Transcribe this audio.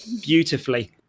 beautifully